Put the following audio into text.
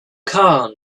khan